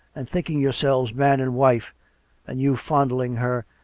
and thinking yourselves man and wife and you fondling her,